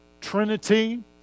trinity